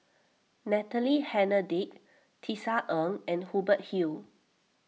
Natalie Hennedige Tisa Ng and Hubert Hill